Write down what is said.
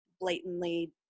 blatantly